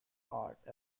art